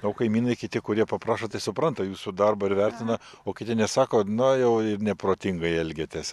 o kaimynai kiti kurie paprašo tai supranta jūsų darbą ir vertina o kiti nesako na jau ir neprotingai elgiatės